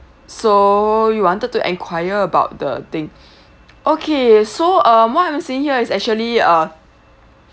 so you wanted to enquire about the thing okay so uh what I'm seeing here is actually uh